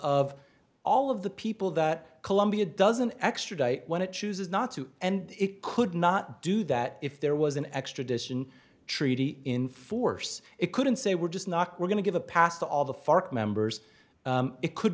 of all of the people that colombia doesn't extradite when it chooses not to and it could not do that if there was an extradition treaty in force it couldn't say we're just not we're going to give a pass to all the fark members it could